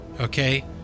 okay